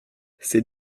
ses